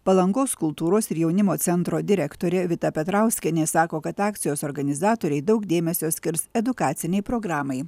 palangos kultūros ir jaunimo centro direktorė vita petrauskienė sako kad akcijos organizatoriai daug dėmesio skirs edukacinei programai